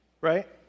right